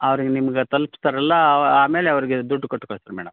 ಅವ್ರ್ಗೆ ನಿಮ್ಗೆ ತಲ್ಪಿಸ್ತಾರಲ್ಲಾ ಆಮೇಲೆ ಅವ್ರಿಗೆ ದುಡ್ಡು ಕೊಟ್ಟು ಕಳಿಸ್ರಿ ಮೇಡಮ್